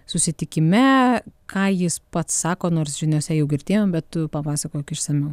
susitikime ką jis pats sako nors žiniose jau girdėjom bet tu papasakok išsamiau